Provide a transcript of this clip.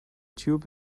tube